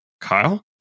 Kyle